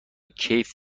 کیف